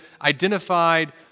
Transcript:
identified